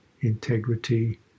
integrity